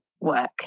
work